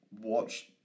Watch